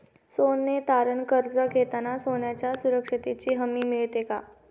सोने तारण कर्ज घेताना सोन्याच्या सुरक्षेची हमी मिळते का?